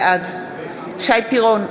בעד שי פירון,